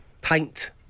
Paint